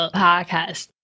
podcast